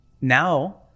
now